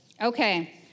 Okay